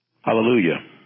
Hallelujah